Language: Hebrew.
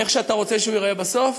כמו שאתה רוצה שהוא ייראה בסוף,